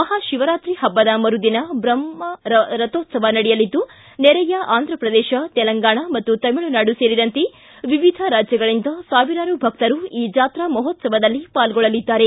ಮಹಾಶಿವರಾತ್ರಿ ಹಬ್ಬದ ಮರುದಿನ ಬ್ರಹ್ನರಥೋತ್ಸವ ನಡೆಯಲಿದ್ದು ನೆರೆಯ ಆಂಧ್ರಪ್ರದೇಶ ತೆಲಂಗಾಣ ಮತ್ತು ತಮಿಳುನಾಡು ಸೇರಿದಂತೆ ವಿವಿಧ ರಾಜ್ಯಗಳಿಂದ ಸಾವಿರಾರು ಭಕ್ತರು ಈ ಜಾತ್ರು ಮಹೋತ್ಸವದಲ್ಲಿ ಪಾಲ್ಗೊಳ್ಳಲಿದ್ದಾರೆ